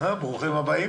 מאגף תקציבים.